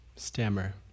Stammer